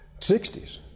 60s